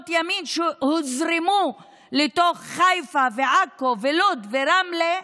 ימין שהוזרמו לתוך חיפה ועכו ולוד ורמלה,